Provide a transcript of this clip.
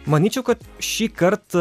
manyčiau kad šįkart